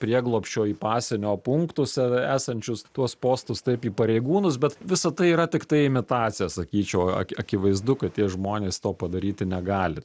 prieglobsčio į pasienio punktus esančius tuos postus taip į pareigūnus bet visa tai yra tiktai imitacija sakyčiau ak akivaizdu kad tie žmonės to padaryti negali